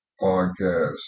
podcast